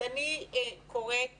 אני קוראת